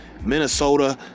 minnesota